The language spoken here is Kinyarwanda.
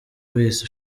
wese